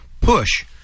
push